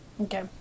Okay